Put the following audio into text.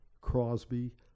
Crosby